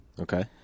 Okay